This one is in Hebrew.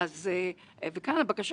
זאת הייתה ההכרה